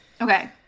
Okay